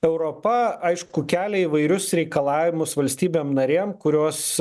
europa aišku kelia įvairius reikalavimus valstybėm narėm kurios